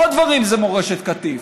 עוד דברים זה מורשת קטיף.